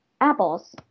apples